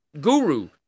guru